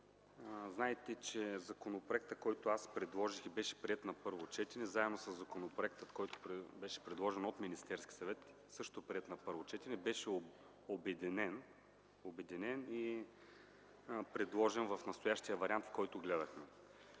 Знаете, че законопроектът, който предложих и беше приет на първо четене, заедно със законопроекта, внесен от Министерския съвет, също приет на първо четене, беше обединен и предложен в настоящия вариант, който гледахме.